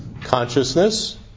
consciousness